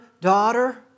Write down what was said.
daughter